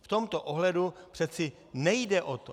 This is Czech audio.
V tomto ohledu přece nejde o to.